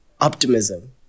optimism